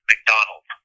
McDonald